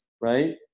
right